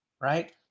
right